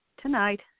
tonight